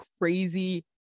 crazy